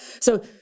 so-